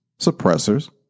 suppressors